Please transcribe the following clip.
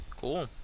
Cool